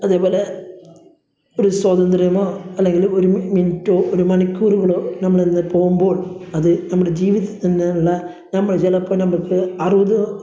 അതേപോലെ ഒരു സ്വതന്ത്രമോ അല്ലെങ്കിൽ ഒരു മിനിറ്റോ ഒരു മണിക്കൂറുകളോ നമ്മളിൽ നിന്ന് പോവുമ്പോൾ അത് നമ്മുടെ ജീവിതത്തിൽ തന്നെ ഉള്ള നമ്മളെ ചിലപ്പം നമുക്ക് അറുപത്